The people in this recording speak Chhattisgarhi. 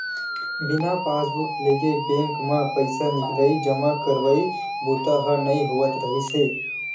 बिना पासबूक लेगे बेंक म पइसा निकलई, जमा करई बूता ह नइ होवत रिहिस हे